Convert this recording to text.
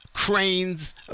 cranes